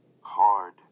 Hard